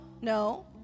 no